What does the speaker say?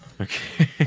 Okay